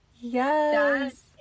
Yes